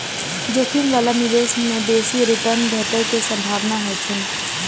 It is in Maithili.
जोखिम बला निवेश मे बेसी रिटर्न भेटै के संभावना होइ छै